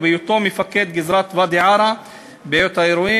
ובהיותו מפקד גזרת ואדי-עארה בעת אירועי